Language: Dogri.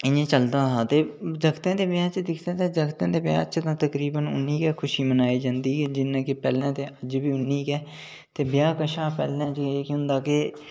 इं'या चलदा हा ते जगतें दे ब्याहें च दिखदे तां जगतें दे ब्याह् च तकरीबन उन्नी गै खुशी मनाई जंदी जिन्नी की पैह्लें अज्ज बी उन्नी गै ते ब्याह् कोला पैह्लें जे किश होंदा ऐ ते